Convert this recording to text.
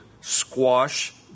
squash